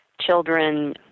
children